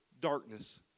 darkness